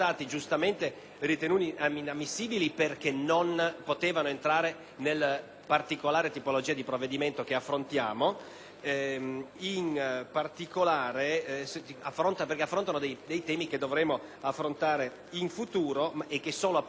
particolare tipologia di provvedimento che affrontiamo, in particolare perché introducono temi che dovremo affrontare in futuro e che solo la particolare situazione nella quale ci troviamo ci impedisce di approfondire: